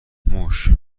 موش